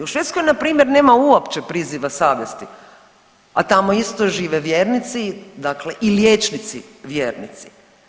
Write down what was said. U Švedskoj npr. nema uopće priziva savjesti, a tamo isto žive vjernici, dakle i liječnici vjernici.